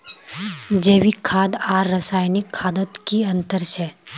जैविक खाद आर रासायनिक खादोत की अंतर छे?